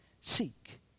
seek